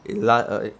ya last okay